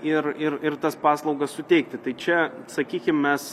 ir ir ir tas paslaugas suteikti tai čia sakykim mes